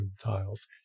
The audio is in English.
tiles